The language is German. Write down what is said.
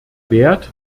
wert